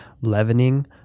leavening